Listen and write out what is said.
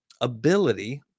ability